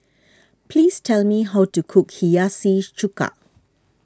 please tell me how to cook Hiyashi Chuka